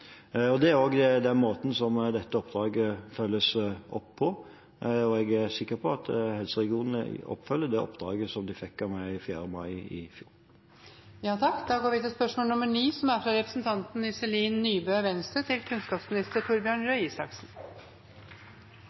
Det er den måten dette oppdraget følges opp på, og jeg er sikker på at helseregionene følger opp det oppdraget de fikk av meg den 4. mai i fjor. Dette spørsmålet er utsatt til neste spørretime, da statsråden er bortreist. «Internasjonale undersøkelser viser at Norge er